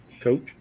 Coach